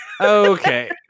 okay